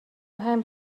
hang